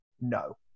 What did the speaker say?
No